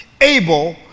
Abel